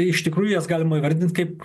iš tikrųjų jas galima įvardint kaip